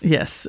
Yes